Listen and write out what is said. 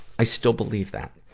i still believe that.